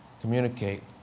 communicate